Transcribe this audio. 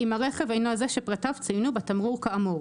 אם הרכב אינו זה שפרטיו צוינו בתמרור כאמור,